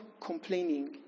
complaining